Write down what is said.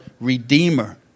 redeemer